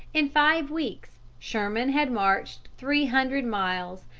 in five weeks sherman had marched three hundred miles,